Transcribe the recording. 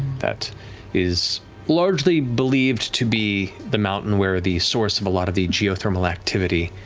that is largely believed to be the mountain where the source of a lot of the geothermal activity